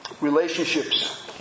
Relationships